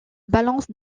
balance